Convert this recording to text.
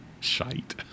Shite